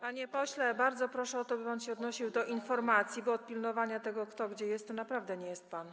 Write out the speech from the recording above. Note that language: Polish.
Panie pośle, bardzo proszę o to, by pan się odnosił do informacji, bo od pilnowania tego, kto gdzie jest to naprawdę nie jest pan.